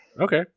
Okay